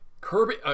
Kirby